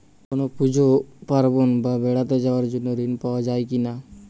কোনো পুজো পার্বণ বা বেড়াতে যাওয়ার জন্য ঋণ পাওয়া যায় কিনা?